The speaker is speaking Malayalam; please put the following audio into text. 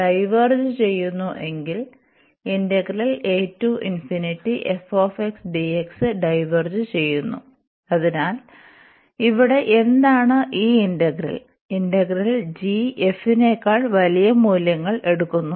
ഡൈവേർജ് ചെയ്യുന്നു എങ്കിൽ ഡൈവേർജ് ചെയ്യുന്നു അതിനാൽ ഇവിടെ എന്താണ് ഈ ഇന്റഗ്രൽ ഇന്റഗ്രൽ g f നെകാൾ വലിയ മൂല്യങ്ങൾ എടുക്കുന്നു